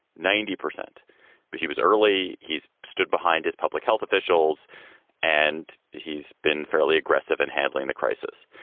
ninety percent. but he was early. he's stood behind his public health officials and he's been fairly aggressive in handling the crisis.